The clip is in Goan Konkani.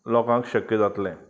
लोकांक शक्य जातलें